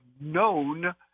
known